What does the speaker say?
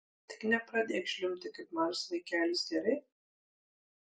tik nepradėk žliumbti kaip mažas vaikelis gerai